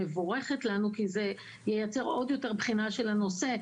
ומבורכת לנו כי זה ייצר עוד יותר בחינה של הנושא,